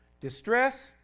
Distress